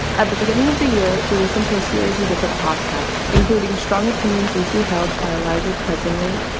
at the beginning of the year we listened to a series of different podcasts, including strong opinions loosely held by eliza kreisinger,